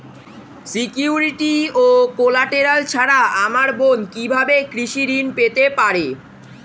Security ও collateral ছাড়া আমার বোন কিভাবে কৃষি ঋন পেতে পারে?